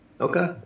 Okay